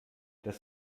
das